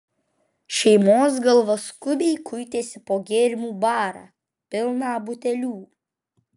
šeimos galva skubiai kuitėsi po gėrimų barą pilną butelių